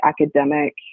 academic